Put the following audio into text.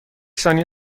ثانیه